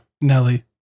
nelly